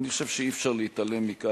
אני חושב שאי-אפשר להתעלם מכך